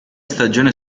stagione